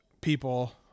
people